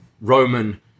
Roman